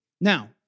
Now